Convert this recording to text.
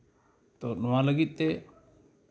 ᱛᱚ ᱱᱚᱣᱟ ᱞᱟᱹᱜᱤᱫ ᱛᱮ